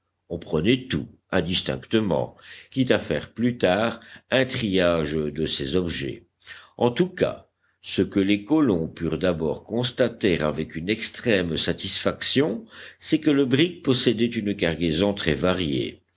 on prenait tout indistinctement quitte à faire plus tard un triage de ces objets en tout cas ce que les colons purent d'abord constater avec une extrême satisfaction c'est que le brick possédait une cargaison très variée